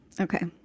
Okay